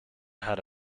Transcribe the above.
had